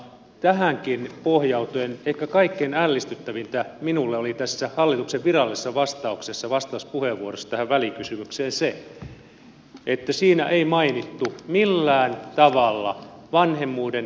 tähänkin pohjautuen ehkä kaikkein ällistyttävintä minulle oli tässä hallituksen virallisessa vastauksessa vastauspuheenvuorossa tähän välikysymykseen se että siinä ei mainittu millään tavalla vanhemmuuden kustannusten jakamista